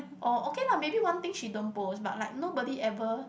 oh okay lah maybe one thing she don't post but like nobody ever